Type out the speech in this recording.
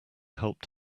helped